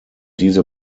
diese